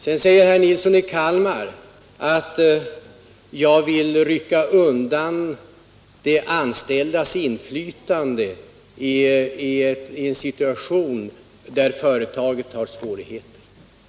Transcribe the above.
Herr Nilsson i Kalmar säger att jag vill rycka undan de anställdas inflytande i en situation där företaget har svårigheter.